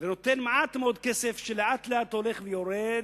ונותן מעט מאוד כסף, שלאט לאט הולך ויורד,